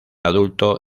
adulto